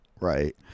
Right